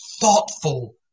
thoughtful